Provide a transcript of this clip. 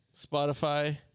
Spotify